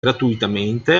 gratuitamente